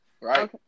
Right